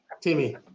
Timmy